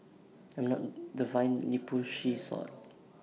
I'm not the violently pushy sort